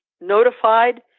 notified